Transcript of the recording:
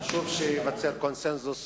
חשוב שייווצר קונסנזוס